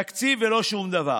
תקציב ולא שום דבר.